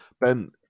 Ben